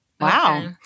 Wow